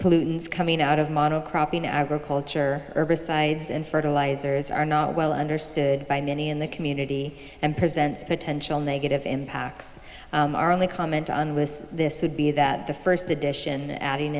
pollutants coming out of model cropping agriculture herbicides and fertilisers are not well understood by many in the community and potential negative impacts are only comment on with this would be that the first edition